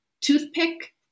toothpick